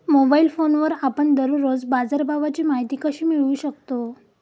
Mobile फोनवर आपण दररोज बाजारभावाची माहिती कशी मिळवू शकतो?